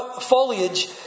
foliage